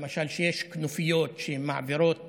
למשל, שיש כנופיות שמעבירות